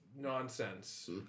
nonsense